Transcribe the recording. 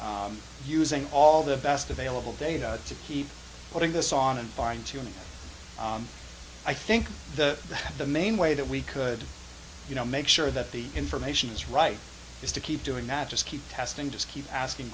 using all the best available data to keep putting this on and fine tuning i think the the main way that we could you know make sure that the information is right is to keep doing not just keep testing just keep asking